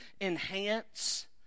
enhance